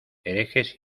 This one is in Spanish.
herejes